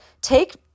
take